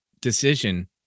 decision